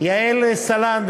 יעל סלנט,